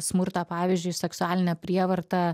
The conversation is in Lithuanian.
smurtą pavyzdžiui seksualinę prievartą